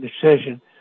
decision